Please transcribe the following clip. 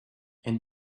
and